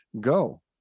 go